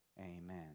Amen